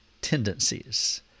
tendencies